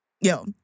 yo